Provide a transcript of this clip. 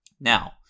Now